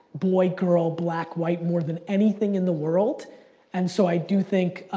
boy, girl, black, white, more than anything in the world and so i do think,